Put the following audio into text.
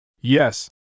Yes